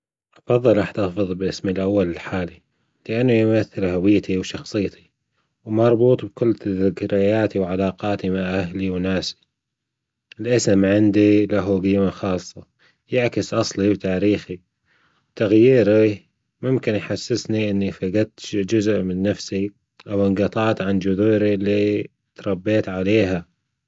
أفضل أحتفظ بأسمى الأول لحالى لاانة يمثل هويتى وشخصيتى ومربوط بكل زكرياتى مع أهلى وناسى الأسم عندى لة جيمة خاصة يعكس اصلى وتاريخى تغييرة ممكن يحسسنى انى فجدت جزء من نفسى او انجطعت عن جزورى اللى أتربيط عليها